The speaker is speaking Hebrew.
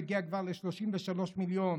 מגיעה כבר ל-33 מיליון.